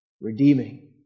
redeeming